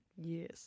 Yes